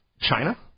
China